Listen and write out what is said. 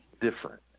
different